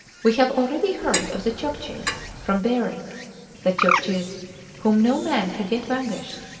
we have already heard of the chukches from behring the chukches whom no man had yet vanquished,